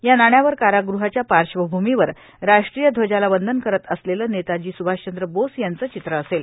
या नाण्यावर कारागृहाच्या पार्श्वभूमीवर राष्ट्रीय ध्वजाला वंदन करत असलेलं नेताजी सुभाषचंद्र बोस यांचं चित्र असेल